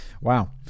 Wow